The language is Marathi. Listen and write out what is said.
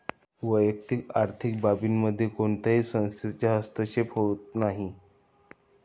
वैयक्तिक आर्थिक बाबींमध्ये कोणत्याही संस्थेचा हस्तक्षेप होत नाही